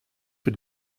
für